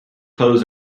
clothes